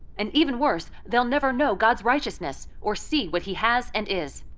and even worse, they'll never know god's righteousness or see what he has and is.